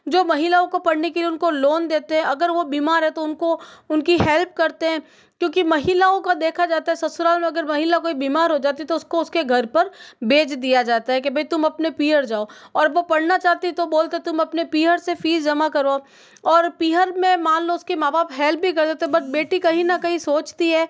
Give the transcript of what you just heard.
जो महिलाओं को पढ़ने के लिए उनको लोन देते हैं अगर वो बीमार है तो उनको उनकी हेल्प करते हैं क्योंकि महिलाओं का देखा जाता है ससुराल में अगर महिला कोई बीमार हो जाती तो उसको उसके घर पर भेज दिया जाता है कि भई तुम अपने पीहर जाओ और वो पढ़ना चाहती तो बोलते तुम अपने पीहर से फ़ीस जमा करो और पीहर में मान लो उसके माँ बाप हेल्प भी कर देते बट बेटी कहीं ना कहीं सोचती है